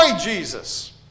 Jesus